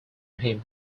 him